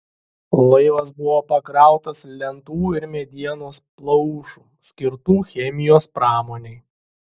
laivas buvo pakrautas lentų ir medienos plaušų skirtų chemijos pramonei